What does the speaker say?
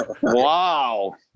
Wow